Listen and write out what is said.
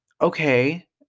okay